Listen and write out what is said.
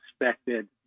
expected